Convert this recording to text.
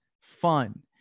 fun